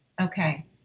okay